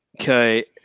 Okay